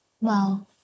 wow